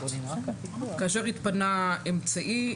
כאשר התפנה אמצעי,